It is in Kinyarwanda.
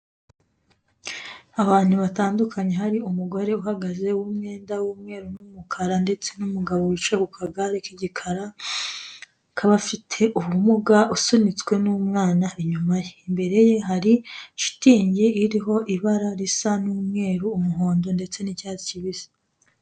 Abantu batandukanye hari umugore uhagaze w'umwenda w'umweru n'umukara ndetse n'umugabo wicaye ku kagare k'igikara akaba afite ubumuga, usunitswe n'umwana inyuma ye. Imbere ye hari shitingi iriho ibara risa n'umweru, umuhondo ndetse n'icyatsi kibisi.